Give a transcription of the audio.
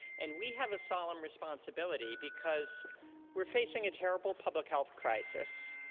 and we have a solemn responsibility. because we're facing a terrible public health crisis.